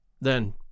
Then